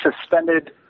suspended